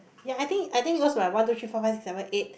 ya I think I think lost by one two three four five six seven eight